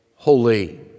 holy